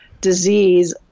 disease